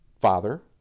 father